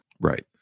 Right